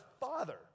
father